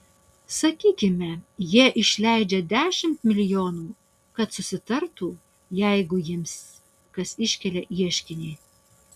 sakykime jie išleidžia dešimt milijonų kad susitartų jeigu jiems kas iškelia ieškinį